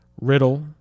Riddle